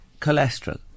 cholesterol